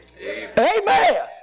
Amen